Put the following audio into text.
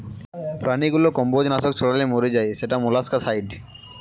প্রাণীগুলো কম্বজ নাশক ছড়ালে মরে যায় সেটা মোলাস্কাসাইড